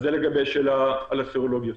אז זה לגבי השאלה על הבדיקות הסרולוגיות.